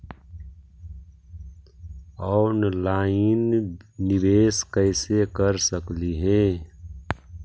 Online निबेस कैसे कर सकली हे?